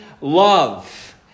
love